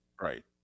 Right